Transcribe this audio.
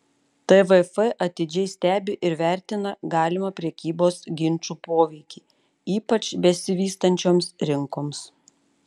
tvf atidžiai stebi ir vertina galimą prekybos ginčų poveikį ypač besivystančioms rinkoms